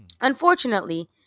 Unfortunately